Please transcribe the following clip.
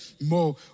more